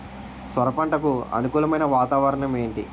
సొర పంటకు అనుకూలమైన వాతావరణం ఏంటి?